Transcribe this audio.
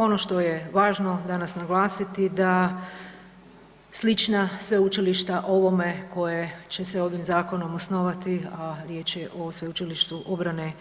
Ono što je važno danas naglasiti da slična sveučilišta ovome koje će se ovim zakonom osnovati, a riječ je o Sveučilištu obrane